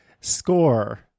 score